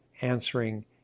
answering